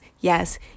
yes